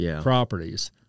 properties